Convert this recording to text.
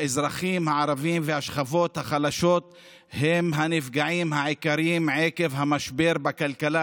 האזרחים הערבים והשכבות החלשות הם הנפגעים העיקריים עקב המשבר בכלכלה,